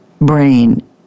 brain